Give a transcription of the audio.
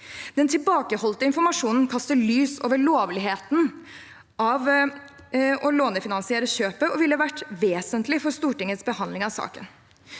Den tilbakeholdte informasjonen kaster lys over lovligheten av å lånefinansiere kjøpet og ville vært vesentlig for Stortingets behandling av saken.